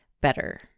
better